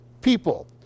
people